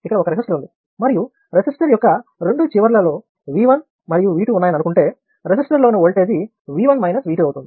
ఇక్కడ ఒక రెసిస్టర్ ఉంది మరియు రెసిస్టర్ యొక్క రెండు చివర్ల లో V1 మరియు V2 ఉన్నాయని అనుకుంటే రెసిస్టర్లోని వోల్టేజ్ V1 V2 అవుతుంది